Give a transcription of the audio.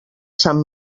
sant